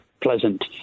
pleasant